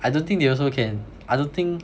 I don't think they also can I don't think